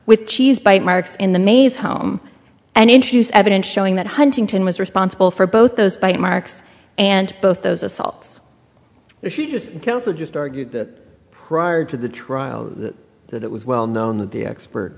with cheese bite marks in the maze home and introduce evidence showing that huntington was responsible for both those bite marks and both those assaults just kills it just prior to the trial that it was well known that the expert